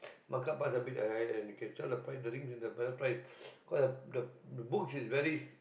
mark-up price a bit ah you can sell better than the parent price because uh the book is very